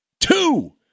two